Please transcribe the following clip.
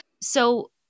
So-